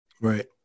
Right